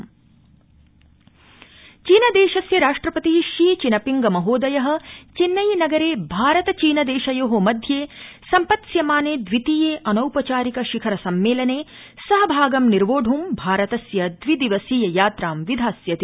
Modi Jinping चीन देशस्य राष्ट्रपति शी चिनफिंग महोदय चेन्नई नगरे भारत चीन देशयो मध्ये सम्पत्स्यमाने द्वितीये अनौपचारिक शिखर सम्मेलने सहभागं निर्वोढ़ भारतस्य द्वि दिवसीय यात्रां विधास्यति